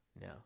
No